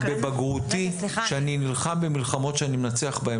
כתבתי לעצמי בבגרותי שאני נלחם במלחמות שאני מנצח בהם,